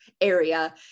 area